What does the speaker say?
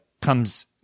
comes